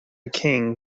king